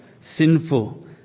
sinful